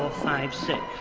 five six,